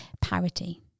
parity